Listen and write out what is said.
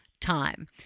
time